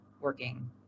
working